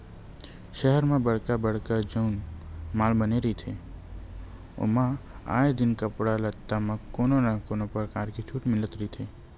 सहर म बड़का बड़का जउन माल बने रहिथे ओमा आए दिन कपड़ा लत्ता म कोनो न कोनो परकार के छूट मिलते रहिथे